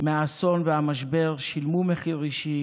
מהאסון והמשבר שילמו מחיר אישי,